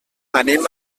anem